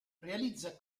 realizza